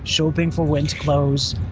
shopping for winter clothes,